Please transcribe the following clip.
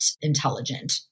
intelligent